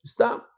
Stop